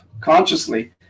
consciously